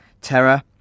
Terror